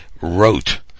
wrote